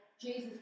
Jesus